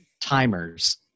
timers